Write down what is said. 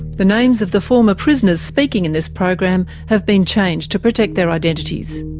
the names of the former prisoners speaking in this program have been changed to protect their identities.